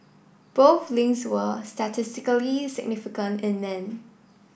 both links were statistically significant in men